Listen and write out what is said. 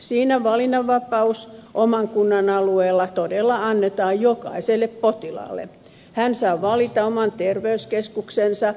siinä valinnanvapaus oman kunnan alueella todella annetaan jokaiselle potilaalle potilas saa valita oman terveyskeskuksensa